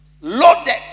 Loaded